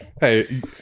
Hey